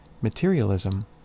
materialism